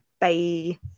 Bye